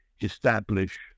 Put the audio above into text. establish